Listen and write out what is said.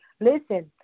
listen